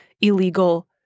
illegal